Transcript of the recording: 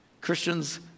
Christians